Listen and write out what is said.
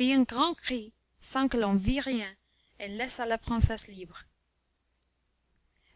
un grand cri sans que l'on vît rien et laissa la princesse libre